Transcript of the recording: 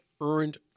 earned